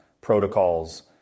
protocols